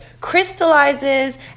crystallizes